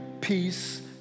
peace